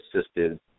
assisted